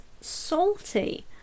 salty